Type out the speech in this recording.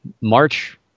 March